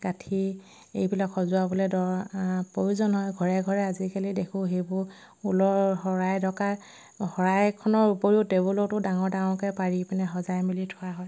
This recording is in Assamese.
গাঠি এইবিলাক সজোৱাবলৈ ধৰা আ প্ৰয়োজন হয় ঘৰে ঘৰে আজিকালি দেখোঁ সেইবোৰ ঊলৰ শৰাই ঢকাৰ শৰাইখনৰ উপৰিও টেবুলতো ডাঙৰ ডাঙৰকৈ পাৰি পিনে সজাই মেলি থোৱা হয়